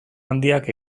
handiak